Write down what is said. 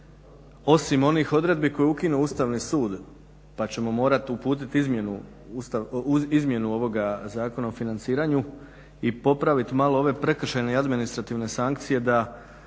osim onih odredbi koje je ukinuto Ustavni sud pa ćemo morati uputiti izmjenu ovoga Zakona o financiranju Ustavnom sudu i popraviti malo ove prekršajne i administrativne sankcije da